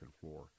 floor